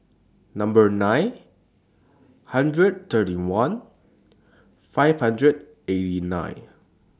Number nine hundred thirty one five hundred eighty nine